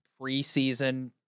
preseason